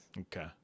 Okay